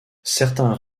certains